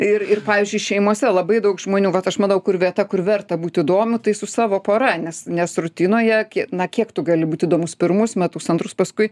ir ir pavyzdžiui šeimose labai daug žmonių vat aš manau kur vieta kur verta būt įdomiu tai su savo pora nes nes rutinoje kie na kiek tu gali būt įdomus pirmus metus antrus paskui